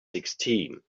sixteen